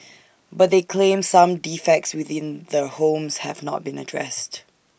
but they claimed some defects within the homes have not been addressed